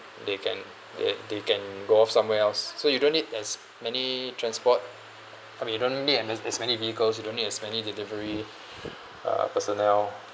they can they they can go off somewhere else s~ so you don't need as many transport I mean you don't need an as many vehicles you don't need as many delivery uh personnel